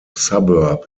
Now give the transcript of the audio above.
suburb